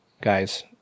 guys